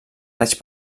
raig